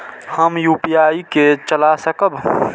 हम यू.पी.आई के चला सकब?